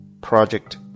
project